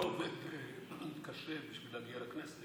מי שלא עובד קשה בשביל להגיע לכנסת